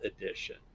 edition